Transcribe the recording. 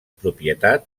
propietat